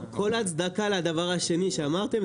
כל הצדקה לדבר השני שאמרתם,